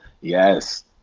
Yes